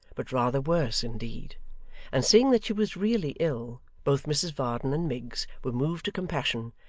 but rather worse, indeed and seeing that she was really ill, both mrs varden and miggs were moved to compassion,